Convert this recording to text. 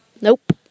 Nope